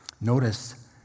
Notice